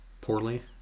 poorly